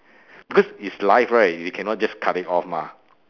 because it's live right you cannot just cut it off mah